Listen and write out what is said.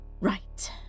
Right